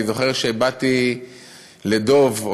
אני זוכר שבאתי לדב,